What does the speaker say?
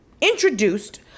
introduced